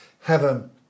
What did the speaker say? Heaven